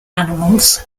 animals